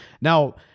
Now